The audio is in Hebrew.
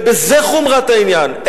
ובזה חומרת העניין.